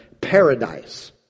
Paradise